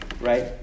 Right